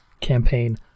...campaign